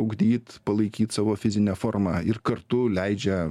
ugdyt palaikyt savo fizinę formą ir kartu leidžia